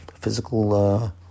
physical